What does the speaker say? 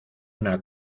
una